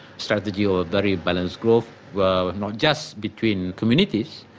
strategy ah ah very balanced growth were not just between communities,